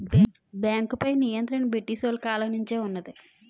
బేంకుపై నియంత్రణ బ్రిటీసోలు కాలం నుంచే వున్నది